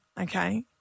Okay